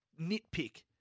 nitpick